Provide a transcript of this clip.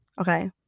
okay